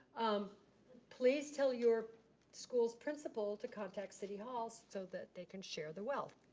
um please tell your school's principal to contact city hall so that they can share the wealth.